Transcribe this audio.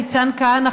ניצן כהנא,